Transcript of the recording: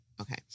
okay